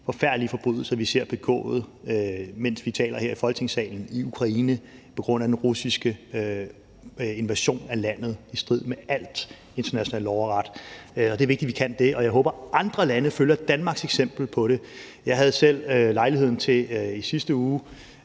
forfærdelige forbrydelser, vi ser blive begået i Ukraine, mens vi taler her i Folketingssalen, på grund af den russiske invasion, som er i strid med al international lov og ret. Det er vigtigt, at vi kan det. Og jeg håber, at andre lande følger Danmarks eksempel. Jeg havde selv lejlighed til i sidste uge,